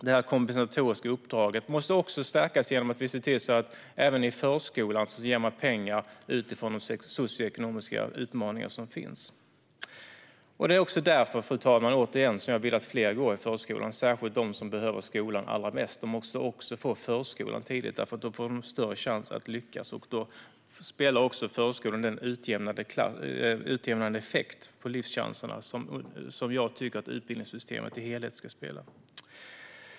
Det kompensatoriska uppdraget måste också stärkas genom att vi ser till att man ger pengar även i förskolan utifrån de socioekonomiska utmaningar som finns. Det är också därför, fru talman, som jag vill att fler går i förskolan. De som behöver skolan allra mest måste också få komma till förskolan tidigt, därför att då får de också större chans att lyckas och då har förskolan den utjämnande effekt på livschanserna som jag tycker att utbildningssystemet som helhet ska ha.